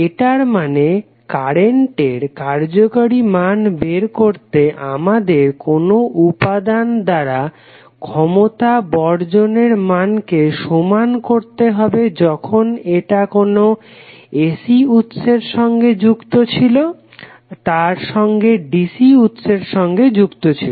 এটার মানে কারেন্টের কার্যকারী মান বের করতে আমাদের কোনো উপাদান দ্বারা ক্ষমতা বর্জনের মানকে সমান করতে হবে যখন এটা কোনো AC উৎসের সঙ্গে যুক্ত ছিল তার সঙ্গে DC উৎসের সঙ্গে যুক্ত ছিল